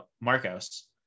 Marcos